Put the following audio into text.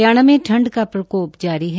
हरियाणा में ठंड का प्रको जारी है